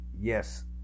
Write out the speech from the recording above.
yes